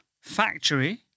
factory